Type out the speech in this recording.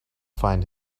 find